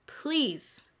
please